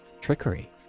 Trickery